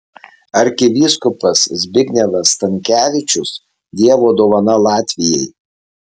arkivyskupas zbignevas stankevičius dievo dovana latvijai